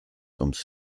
ums